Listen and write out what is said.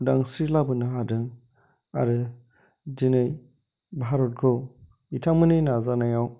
उदांस्रि लाबोनो हादों आरो दिनै भारतखौ बिथांमोननि नाजानायाव